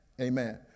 Amen